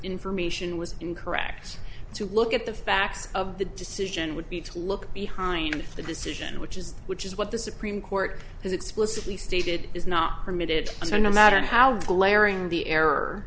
information was incorrect to look at the facts of the decision would be to look behind the decision which is which is what the supreme court has explicitly stated is not permitted so no matter how glaring the